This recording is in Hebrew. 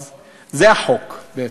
אז זה החוק בעצם.